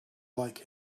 like